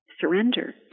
surrender